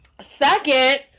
Second